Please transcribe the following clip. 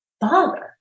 bother